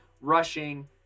rushing